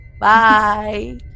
Bye